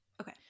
Okay